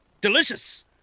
Delicious